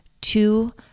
two